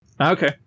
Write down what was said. Okay